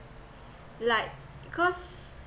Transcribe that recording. like cause